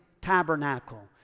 tabernacle